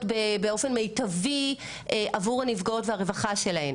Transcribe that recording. באופן מיטבי עבור הנפגעות והרווחה שלהן,